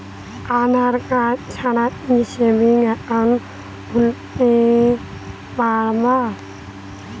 আধারকার্ড ছাড়া কি savings account খুলতে পারব?